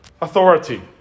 authority